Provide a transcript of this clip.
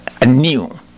anew